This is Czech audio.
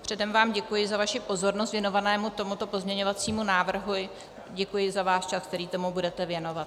Předem vám děkuji za vaši pozornost věnovanou tomuto pozměňovacímu návrhu i děkuji za váš čas, který tomu budete věnovat.